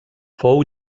fou